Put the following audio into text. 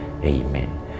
Amen